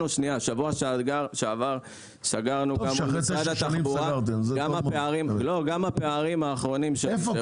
בשבוע שעבר סגרנו עם משרד התחבורה את הפערים האחרונים שנשארו.